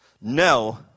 No